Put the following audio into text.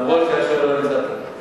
אף שהשואל לא נמצא פה.